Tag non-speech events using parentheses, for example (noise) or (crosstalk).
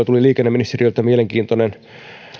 (unintelligible) tuli liikenneministeriöltä mielenkiintoinen